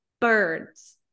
birds